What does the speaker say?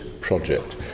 project